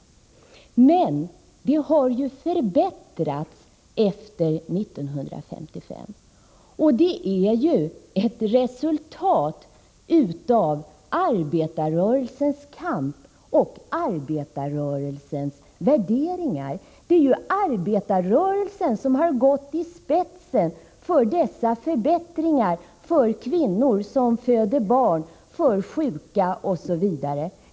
Men detta har ju förbättrats efter 1955, och det är ett resultat av arbetarrörelsens kamp och arbetarrörelsens värderingar. Det är ju arbetarrörelsen som har gått i spetsen för dessa förbättringar för kvinnor som föder barn, för sjuka osv.